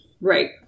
right